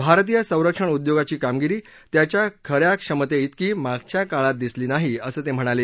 भारतीय संरक्षण उद्योगाची कामगिरी त्याच्या ख या क्षमते ात्रेकी मागच्या काळात दिसली नाही असं ते म्हणाले